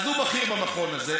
אז הוא בכיר במכון הזה.